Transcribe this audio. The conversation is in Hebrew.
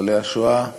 ניצולי השואה שפה,